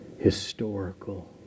historical